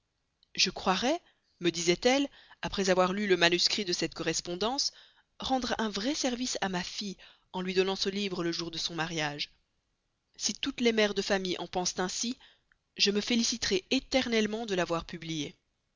je croirais me disait-elle après avoir lu le manuscrit de cette correspondance rendre un vrai service à ma fille en lui donnant ce livre le jour de son mariage si toutes les mères de famille en pensent ainsi je me féliciterai éternellement de l'avoir publié